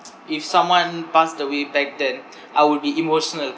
if someone passed away back then I would be emotional